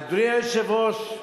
אדוני היושב-ראש,